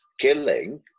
killing